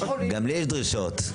גם לי יש דרישות.